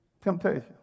temptation